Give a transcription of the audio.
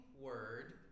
word